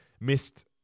missed